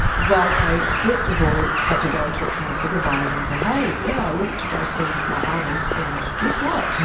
well i first of all had to go and talk to my supervisor and say hey, yeah, i went to go and see my elders and guess what,